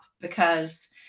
because-